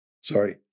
Sorry